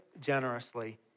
generously